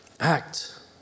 Act